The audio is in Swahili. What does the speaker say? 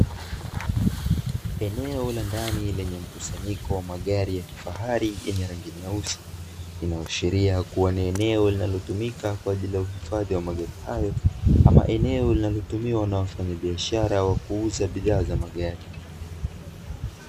Eneo la ndani lenye mkusanyiko wa magari ya kifahari, yenye rangi nyeusi, linaloashiria kuwa ni eneo linalotumika kwa ajili ya uhifadhi wa magari, ama ni eneo linalotumiwa na wafanyabiashara wa kuuza bidhaa za magari.